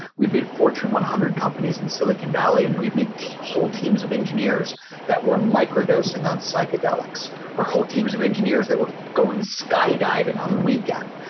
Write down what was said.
we've met fortune one hundred companies in silicon valley and we've meet whole teams of engineers that were on microdosing on psychedelics or whole teams of engineers that were going skydiving on the weekend,